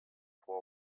for